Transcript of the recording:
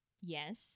Yes